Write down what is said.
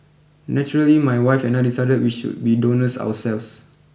naturally my wife and I decided we should be donors ourselves